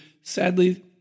Sadly